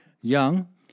Young